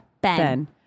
Ben